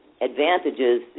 advantages